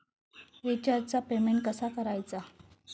रिचार्जचा पेमेंट कसा करायचा?